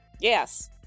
Yes